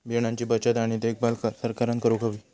बियाणांची बचत आणि देखभाल सरकारना करूक हवी